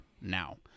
now